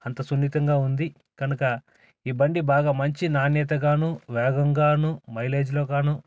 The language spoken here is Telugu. అంత సున్నితంగా ఉంది కనుక ఈ బండి బాగా మంచి నాణ్యతగానూ వేగంగానూ మైలేజ్లో గానూ